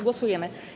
Głosujemy.